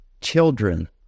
children